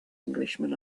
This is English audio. englishman